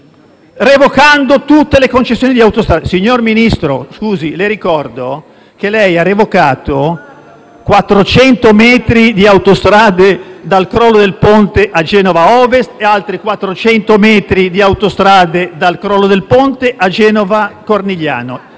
revocando tutte le concessioni di Autostrade. Signor Ministro, le ricordo che lei ha revocato 400 metri di autostrade dal punto del crollo del ponte a Genova Ovest e altri 400 metri di autostrade dal punto del crollo del ponte a Genova Cornigliano: